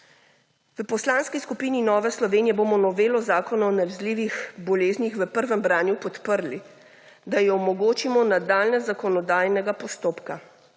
V Poslanski skupini Nove Slovenije bomo novelo Zakona o nalezljivih boleznih v prvem branju podprli, da ji omogočimo nadaljevanje zakonodajnega postopka.